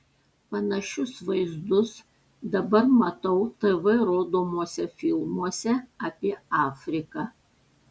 panašius vaizdus dabar matau tv rodomuose filmuose apie afriką